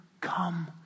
come